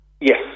Yes